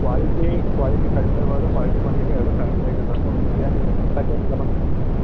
quality quality ಕಡಿಮೆ ಇರಬಾರ್ದು quality quantity ಎರಡು ಕರೆಕ್ಟಾಗಿರಬೇಕು ಇಲ್ಲಾಂದರೆ ನಿಮ್ಮ ತಕೆ ತಗಬಂದು ಮಡಗ್ತೀವಿ